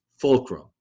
Fulcrum